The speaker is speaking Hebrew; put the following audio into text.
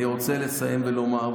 אני רוצה לסיים ולומר,